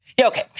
Okay